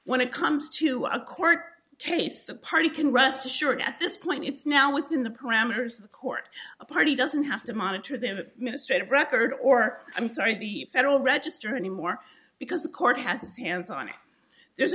when it comes to a court case the party can rest assured at this point it's now within the parameters of the court a party doesn't have to monitor the ministry of record or i'm sorry the federal register anymore because the court has its hands on it